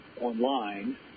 online